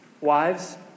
Wives